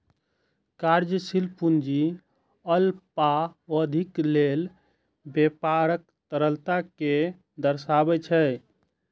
कार्यशील पूंजी अल्पावधिक लेल व्यापारक तरलता कें दर्शाबै छै